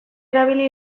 erabili